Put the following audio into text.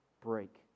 break